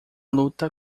luta